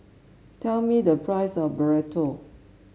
tell me the price of Burrito